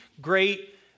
great